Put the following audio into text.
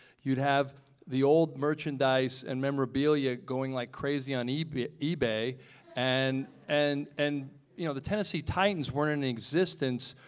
you'd have the old merchandise and memorabilia going like crazy on ebay ebay and and and you know the tennessee titans weren't in existence,